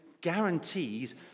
guarantees